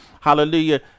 hallelujah